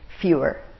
fewer